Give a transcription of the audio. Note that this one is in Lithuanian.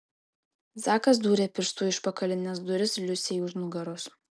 zakas dūrė pirštu į užpakalines duris liusei už nugaros